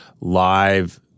live